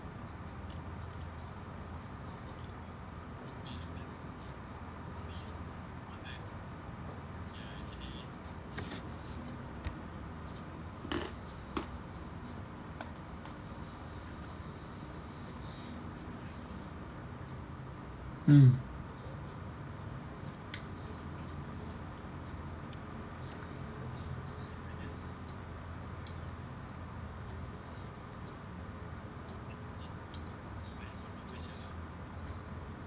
mm